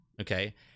okay